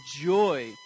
joy